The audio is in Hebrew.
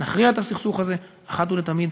נכריע את הסכסוך הזה אחת ולתמיד.